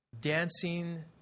Dancing